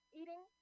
eating